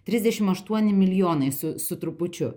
trisdešim aštuoni milijonai su su trupučiu